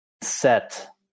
set